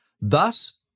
Thus